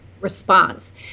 response